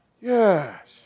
Yes